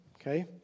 okay